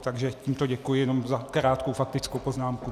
Takže tímto děkuji jenom za krátkou faktickou poznámku.